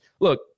look